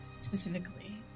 specifically